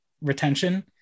retention